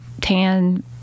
tan